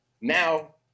now